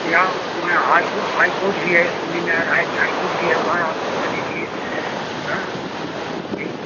तो यहाँ में हाई कोर्ट हाई कोर्ट भी है दिल्ली में हाई हाई कोर्ट भी वहाँ हमारे लिए हाँ ठीक